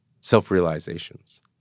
self-realizations